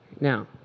Now